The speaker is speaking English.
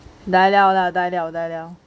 die liao lah die liao